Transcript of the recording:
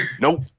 Nope